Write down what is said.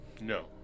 No